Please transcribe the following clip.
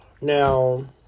Now